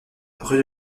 rue